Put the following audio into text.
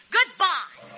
Goodbye